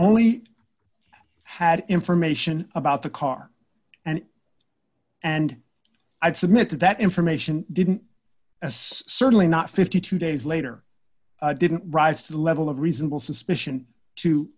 only had information about the car and and i submit that that information didn't as certainly not fifty two days later didn't rise to the level of reasonable suspicion to